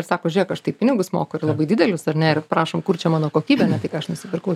ir sako žiūrėk aš tai pinigus moku ir labai didelius ar ne ir prašom kur čia mano kokybė ne tai ką aš nusipirkau